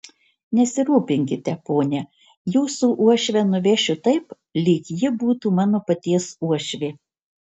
nesirūpinkite pone jūsų uošvę nuvešiu taip lyg ji būtų mano paties uošvė